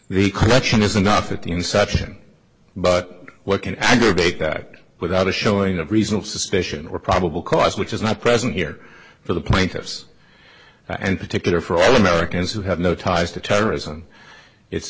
the collection is enough at the inception but what can you make that without a showing of reasonable suspicion or probable cause which is not present here for the plaintiffs and particular for all americans who have no ties to terrorism it's